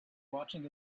watching